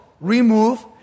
remove